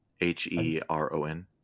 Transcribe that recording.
H-E-R-O-N